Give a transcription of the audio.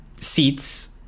seats